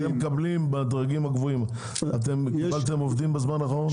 אבל בדרגים הגבוהים קיבלתם עובדים בזמן האחרון?